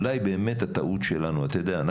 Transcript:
אתה יודע,